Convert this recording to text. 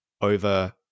over